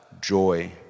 joy